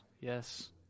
yes